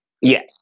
Yes